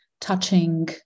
touching